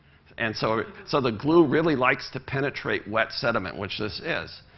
and so so the glue really likes to penetrate wet sediment, which this is.